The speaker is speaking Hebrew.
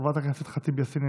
חברת הכנסת ח'טיב יאסין,